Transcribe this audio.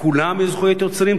לכולם יש זכויות יוצרים?